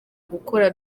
gukora